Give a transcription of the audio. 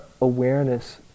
awareness